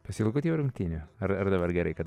pasiilgot jau rungtynių ar dabar gerai kad